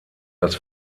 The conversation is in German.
das